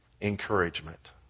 encouragement